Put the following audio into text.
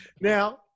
Now